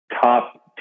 top